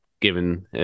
given